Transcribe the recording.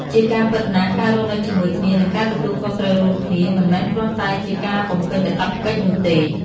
ជាការពិតណាស់ ការរស់នៅជាមួយគ្នា និងការទទួលខុសត្រូវរួមគ្នា មិនមែនគ្រាន់តែជាការបំពេញកាតព្វកិច្ចនោះទេ។